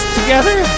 together